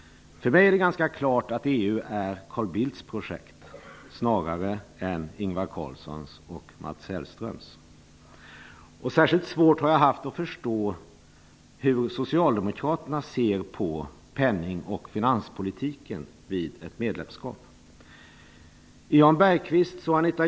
För mig är det ganska klart att EU är Carl Bildts projekt snarare än Ingvar Carlssons och Mats Särskilt svårt har jag haft att förstå hur Socialdemokraterna ser på penning och finanspolitiken vid ett medlemskap.